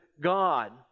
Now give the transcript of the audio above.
God